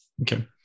Okay